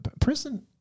prison